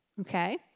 okay